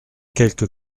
quelques